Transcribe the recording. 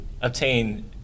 obtain